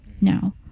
now